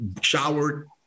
showered